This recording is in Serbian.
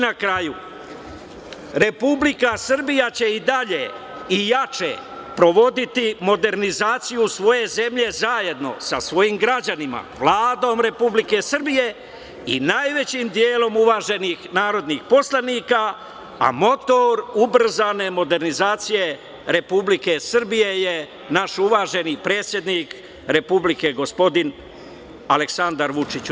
Na kraju, Republika Srbija će dalje i jače provoditi modernizaciju svoje zemlje zajedno sa svojim građanima, Vladom Republike Srbije i najvećim delom uvaženih narodnih poslanika, a motor ubrzane modernizacije Republike Srbije je naš uvaženi predsednik Republike Aleksandar Vučić.